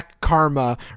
karma